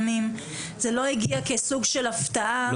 זה לא הגיע כסוג של הפתעה לאף אחד.